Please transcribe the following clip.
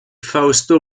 fausto